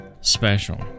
special